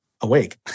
awake